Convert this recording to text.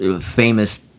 famous